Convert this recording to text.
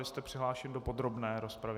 Vy jste přihlášen do podrobné rozpravy.